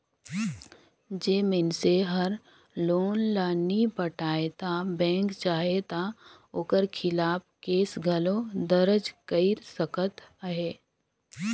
जेन मइनसे हर लोन ल नी पटाय ता बेंक चाहे ता ओकर खिलाफ केस घलो दरज कइर सकत अहे